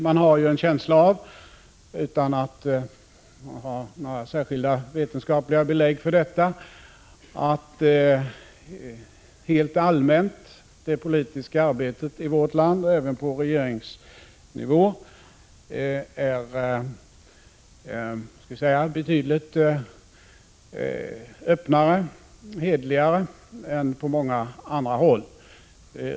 Man har ju en känsla av, utan att ha några särsklda vetenskapliga belägg för detta, att det politiska arbetet i vårt land helt allmänt och även på regeringsnivå är betydligt öppnare och hederligare än på många andra håll.